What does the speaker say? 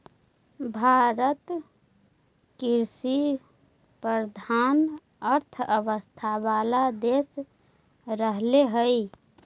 भारत कृषिप्रधान अर्थव्यवस्था वाला देश रहले हइ